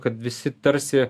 kad visi tarsi